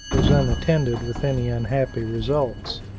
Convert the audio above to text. was unattended with any unhappy results.